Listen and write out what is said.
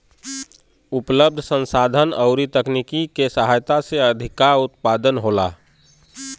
उपलब्ध संसाधन अउरी तकनीकी के सहायता से अधिका उत्पादन होला